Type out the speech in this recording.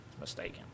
Mistaken